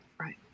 Right